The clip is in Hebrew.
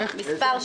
פוליטיים,